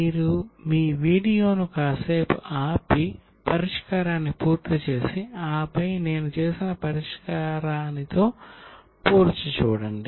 మీరు మీ వీడియోను కాసేపు ఆపి పరిష్కారాన్ని పూర్తి చేసి ఆపై నేను చేసిన పరిష్కారాన్ని చూడండి